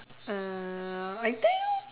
uh I think